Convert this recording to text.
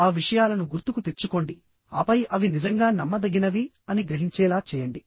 ఆ విషయాలను గుర్తుకు తెచ్చుకోండి ఆపై అవి నిజంగా నమ్మదగినవి అని గ్రహించేలా చేయండి